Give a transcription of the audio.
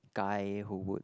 guy who would